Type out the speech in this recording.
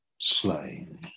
slain